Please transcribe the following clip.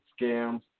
scams